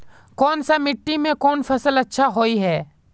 कोन सा मिट्टी में कोन फसल अच्छा होय है?